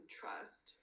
trust